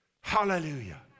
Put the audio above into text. Hallelujah